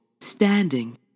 standing